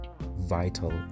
vital